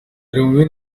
bintu